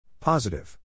Positive